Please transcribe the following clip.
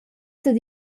dad